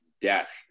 death